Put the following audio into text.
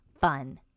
fun